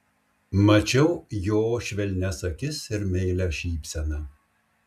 mačiau jo švelnias akis ir meilią šypseną